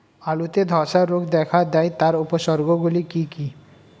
আলুতে ধ্বসা রোগ দেখা দেয় তার উপসর্গগুলি কি কি?